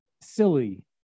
silly